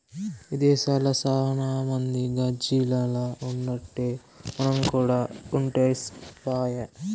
విదేశాల్ల సాన మంది గాజిల్లల్ల ఉన్నట్టే మనం కూడా ఉంటే పాయె